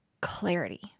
clarity